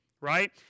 Right